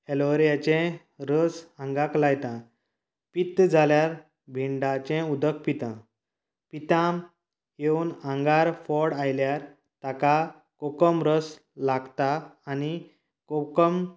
एलोवेरांचे रोस आंगांक लायता पित्त जाल्यार भिंडाचे उदक पिता पिताम येवन आंगार फोड आयल्यार ताका कोकम रस लागता आनी कोकम